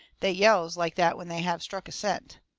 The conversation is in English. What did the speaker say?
they yells like that when they have struck a scent.